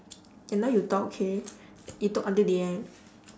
ya now you talk okay you talk until the end